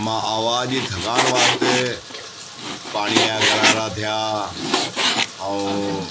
मां आवाज़ जी थकान वास्ते पाणी या गरारा थिया ऐं